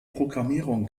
programmierung